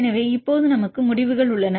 எனவே இப்போது நமக்கு முடிவுகள் உள்ளன